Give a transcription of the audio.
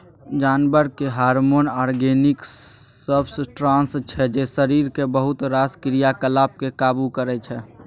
जानबरक hormone organic substance छै जे शरीरक बहुत रास क्रियाकलाप केँ काबु करय छै